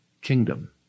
kingdom